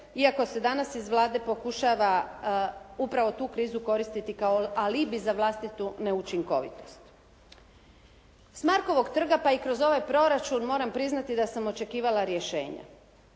iako se danas iz Vlade pokušava upravo tu krizu koristiti kao alibi za vlastitu neučinkovitost. S Markovog trga pa i kroz ovaj proračun moram priznati da sam očekivala rješenje.